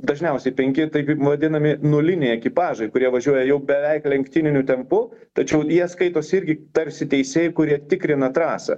dažniausiai penki taip vadinami nuliniai ekipažai kurie važiuoja jau beveik lenktyniniu tempu tačiau jie skaitos irgi tarsi teisėjai kurie tikrina trasą